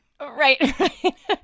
Right